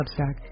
Substack